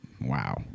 Wow